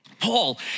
Paul